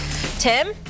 Tim